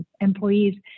employees